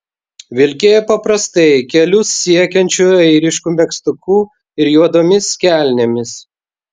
vilkėjo paprastai kelius siekiančiu airišku megztuku ir juodomis kelnėmis